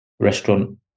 restaurant